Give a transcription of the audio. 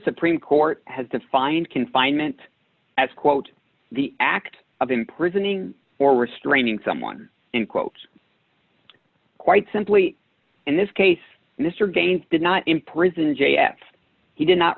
supreme court has defined confinement as quote the act of imprisoning or restraining someone and quote quite simply in this case mr gain did not imprison j s he did not